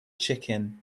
chicken